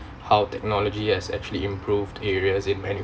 how technology has actually improved areas in any man~